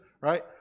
Right